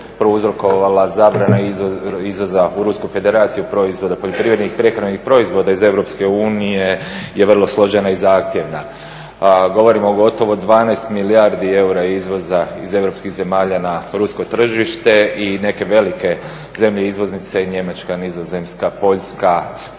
zabranu izvoza u Rusku federaciju proizvoda poljoprivrednih, prehrambenih proizvoda iz Europske unije je vrlo složena i zahtjevna. Govorimo o gotovo 12 milijardi eura izvoza iz europskih zemalja na rusko tržište i neke velike zemlje izvoznice Njemačka, Nizozemska, Poljska, Skandinavske